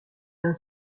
d’un